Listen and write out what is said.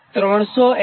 તેથી 300∠36